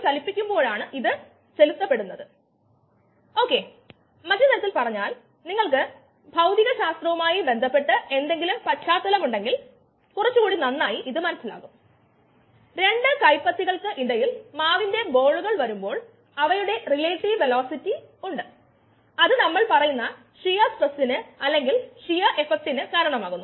ലളിതമായ എൻസൈമാറ്റിക് പ്രതിപ്രവർത്തനങ്ങൾക്ക് വിശാലമായ സ്വീകാര്യത ഉള്ള ഒരു സംവിധാനം ഇനിപ്പറയുന്നവയാണ് സബ്സ്ട്രേറ്റ് S നെ ഉൽപന്നം P യിലേക്ക് പരിവർത്തനം ചെയ്യുന്ന എൻസൈമാണ് E എങ്കിൽ റിവേഴ്സ് ഫാഷനിൽ ഇവിടെ കണക്കാക്കപ്പെടുന്ന സംവിധാനം എൻസൈം സബ്സ്ട്രേറ്റ് ആയി പ്രതിപ്രവർത്തിക്കുന്നു